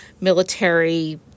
military